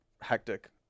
hectic